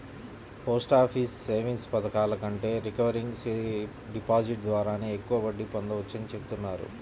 post office savings పథకాల కంటే recurring deposit ద్వారానే ఎక్కువ వడ్డీ పొందవచ్చని చెబుతున్నారు